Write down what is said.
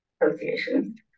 associations